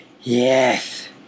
Yes